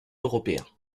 européen